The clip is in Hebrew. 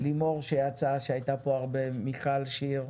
לימור שיצאה שהייתה פה הרבה, מיכל שיר,